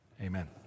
amen